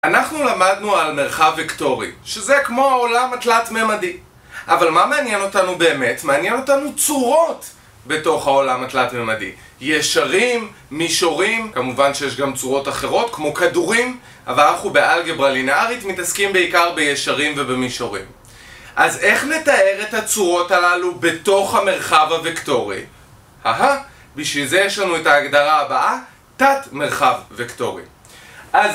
אנחנו למדנו על מרחב וקטורי, שזה כמו העולם התלת מימדי אבל מה מעניין אותנו באמת? מעניין אותנו צורות בתוך העולם התלת מימדי ישרים, מישורים, כמובן שיש גם צורות אחרות כמו כדורים אבל אנחנו באלגברה לינארית מתעסקים בעיקר בישרים ובמישורים אז איך נתאר את הצורות הללו בתוך המרחב הוקטורי? אהה, בשביל זה יש לנו את ההגדרה הבאה, תת מרחב וקטורי. אז...